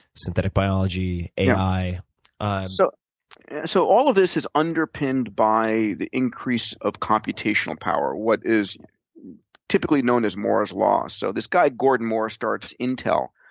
synthetic biology, ai ah so so all of this is underpinned by the increase of computational power. what is typically known as moore's moore's law. so this guy gordon moore starts intel